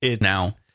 now